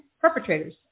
perpetrators